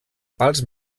pals